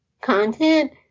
content